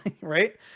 Right